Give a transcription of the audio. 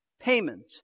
payment